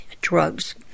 Drugs